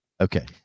Okay